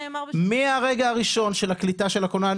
מהרגע הראשון של הקליטה של הכונן,